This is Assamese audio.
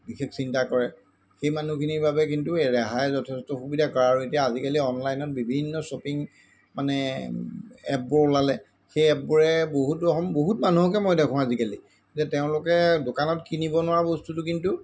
বিশেষ চিন্তা কৰে সেই মানুহখিনিৰ বাবে কিন্তু ৰেহায়ে যথেষ্ট সুবিধা কৰে আৰু এতিয়া আজিকালি অনলাইনত বিভিন্ন শ্বপিং মানে এপবোৰ ওলালে সেই এপবোৰে বহুতো বহুত মানুহকে মই দেখোঁ আজিকালি যে তেওঁলোকে দোকানত কিনিব নোৱাৰা বস্তুটো কিন্তু